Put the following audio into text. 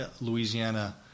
Louisiana